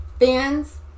fans